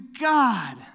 God